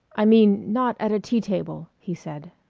i mean, not at a tea table, he said.